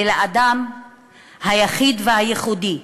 ולאדם היחיד והייחודי,